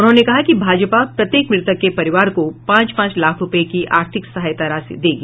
उन्होंने कहा कि भाजपा प्रत्येक मृतक के परिवार को पांच पांच लाख रुपये की आर्थिक सहायता देगी